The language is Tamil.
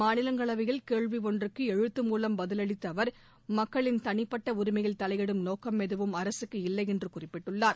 மாநிலங்களவையில் கேள்வி ஒன்றுக்கு எழுத்து மூலம் பதிலளித்த அவர் மக்களின் தனிப்பட்ட உரிமையில் தலையிடும் நோக்கம் ஏதும் அரசுக்கு இல்லையென்று குறிப்பிட்டுள்ளார்